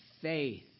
faith